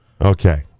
Okay